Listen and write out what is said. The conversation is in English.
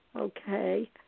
okay